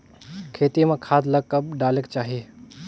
खेती म खाद ला कब डालेक चाही?